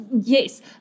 yes